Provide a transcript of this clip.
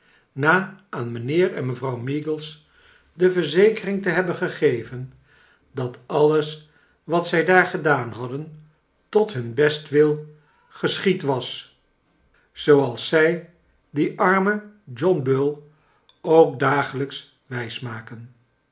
na aan mijnheer en mevrouw meagles de verzekering te hebben gegeven dat alles wat zij daar gedaan hadden tot hun bestwil geschied was zooals zij dien armen john bull ook dagelijks wijs